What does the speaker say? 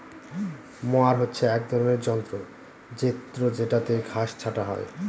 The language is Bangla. মোয়ার হচ্ছে এক রকমের যন্ত্র জেত্রযেটাতে ঘাস ছাটা হয়